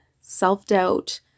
Self-doubt